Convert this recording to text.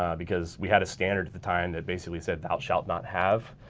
um because we had a standard at the time that basically said, thou shalt not have.